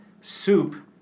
soup